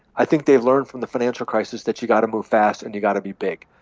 i think they've learned from the financial crisis that you got to move fast and you've got to be big.